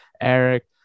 Eric